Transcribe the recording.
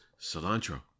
Cilantro